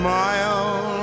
Smile